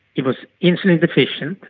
it was insulin deficient,